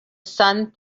sun